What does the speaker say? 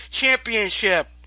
Championship